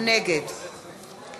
נגד